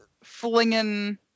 flinging